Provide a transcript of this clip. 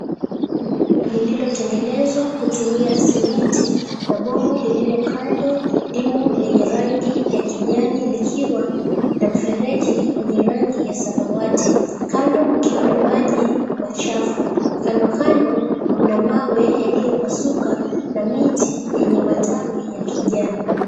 Lililotengenezwa kutumia simiti, na bomba lililo kando limo lenye rangi ya kijani likiwa na mfereji wenye rangi ya samawati. Kando mkiwa na maji machafu. Kandokando mna mawe yaliyopasuka na miti yenye matawi ya kijani.